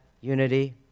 unity